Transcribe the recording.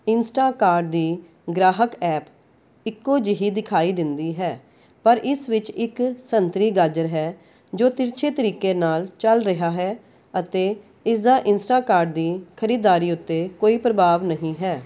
Instacart ਦੀ ਗਾਹਕ app ਇੱਕੋ ਜਿਹੀ ਦਿਖਾਈ ਦਿੰਦੀ ਹੈ ਪਰ ਇਸ ਵਿੱਚ ਇੱਕ ਸੰਤਰੀ ਗਾਜਰ ਹੈ ਜੋ ਤਿਰਛੇ ਤਰੀਕੇ ਨਾਲ ਚੱਲ ਰਿਹਾ ਹੈ ਅਤੇ ਇਸ ਦਾ ਇੰਸਟਾਕਾਰਟ ਦੀ ਖਰੀਦਦਾਰੀ ਉੱਤੇ ਕੋਈ ਪ੍ਰਭਾਵ ਨਹੀਂ ਹੈ